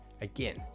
again